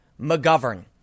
McGovern